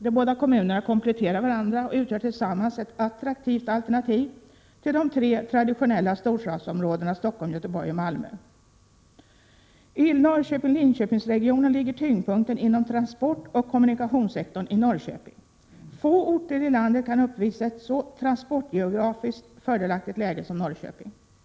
De båda kommunerna kompletterar varandra och utgör tillsammans ett attraktivt alternativ till de tre traditionella storstadsområdena Stockholm, Göteborg och Malmö. Norrköping-Linköpings-regionen hänförs till de fem regionerna i landet, som bedöms ha de största utvecklingsmöjligheterna. I Norrköping-Linköpings-regionen ligger tyngdpunkten inom transportoch kommunikationssektorn i Norrköping. Få orter i landet kan uppvisa ett transportgeografiskt så fördelaktigt läge som Norrköping. Här möter två Prot.